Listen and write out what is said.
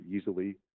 easily